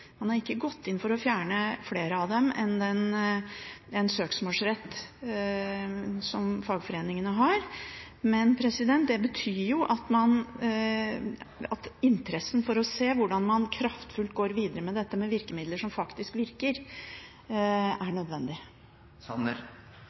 Man har ikke gått inn for å fjerne flere av dem enn en søksmålsrett som fagforeningene har. Men det betyr jo at det er interesse for å se hvordan man kraftfullt går videre med dette med virkemidler som faktisk virker – og det er nødvendig.